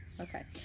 Okay